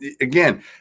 again